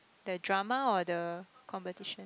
the drama or the competition